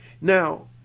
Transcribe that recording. Now